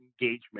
engagement